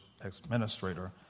administrator